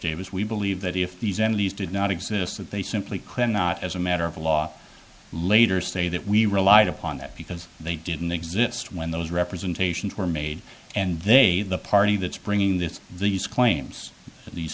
davis we believe that if these entities did not exist that they simply could not as a matter of law later say that we relied upon that because they didn't exist when those representations were made and they the party that's bringing this these claims these